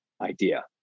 idea